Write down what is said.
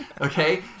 okay